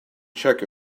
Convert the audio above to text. check